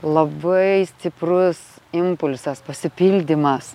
labai stiprus impulsas pasipildymas